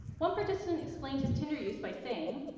one participant explained his tinder use by saying,